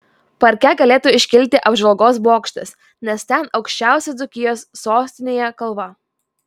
parke galėtų iškilti apžvalgos bokštas nes ten aukščiausia dzūkijos sostinėje kalva